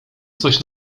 coś